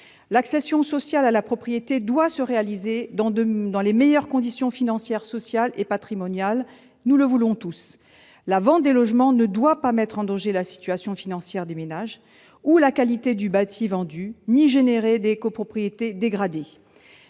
L'accession sociale à la propriété doit se réaliser dans les meilleures conditions financières, sociales et patrimoniales ; nous le voulons tous. La vente des logements ne doit ni mettre en danger la situation financière des ménages ou la qualité du bâti vendu, ni engendrer des copropriétés dégradées.